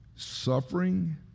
Suffering